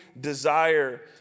desire